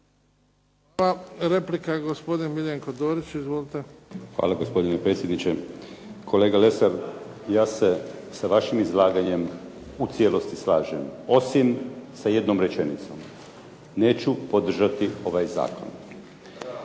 Hvala. Replika, gospodin Miljenko Dorić. Izvolite. **Dorić, Miljenko (HNS)** Hvala gospodine predsjedniče. Kolega Lesar, ja se sa vašim izlaganjem u cijelosti slažem, osim sa jednom rečenicom. Neću podržati ovaj zakon.